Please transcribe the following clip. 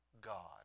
God